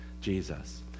Jesus